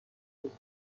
زودتر